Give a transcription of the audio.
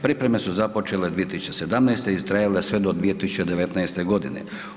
Pripreme su započele 2017. i trajale sve do 2019. godine.